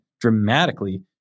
dramatically